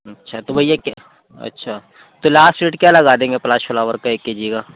اچھا تو وہ یہ کہ اچھا تو لاسٹ ریٹ کیا لگا دیں گے پلاس فلاور کا ایک کے جی کا